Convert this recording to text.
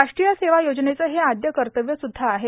राष्ट्रीय सेवा योजनेचं हे आद्य कतव्यसुध्दा आहे